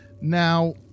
Now